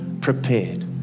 prepared